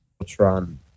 Ultron